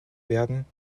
werden